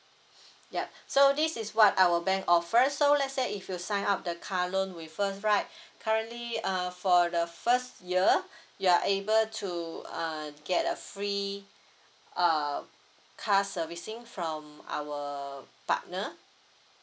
yup so this is what our bank offer so let say if you sign up the car loan with us right currently uh for the first year you are able to uh get a free uh car servicing from our partner